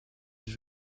être